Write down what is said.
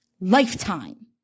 Lifetime